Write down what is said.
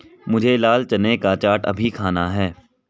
मुझे लाल चने का चाट अभी खाना है